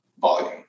volume